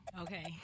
Okay